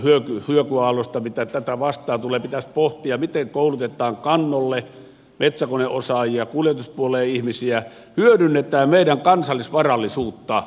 osassa tästä hirveästä hyökyaallosta mitä vastaan tulee pitäisi pohtia miten koulutetaan kannolle metsäkoneosaajia kuljetuspuoleen ihmisiä hyödynnetään meidän kansallisvarallisuutta